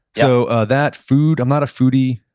so ah that. food, i'm not a foodie.